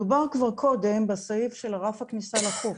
דובר כבר קודם בסעיף של רף הכניסה לחוק,